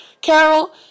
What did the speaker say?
Carol